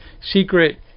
secret